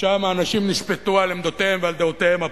ושם אנשים נשפטו על עמדותיהם ועל דעותיהם הפוליטיות.